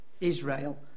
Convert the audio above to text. Israel